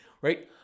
right